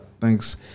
Thanks